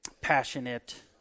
passionate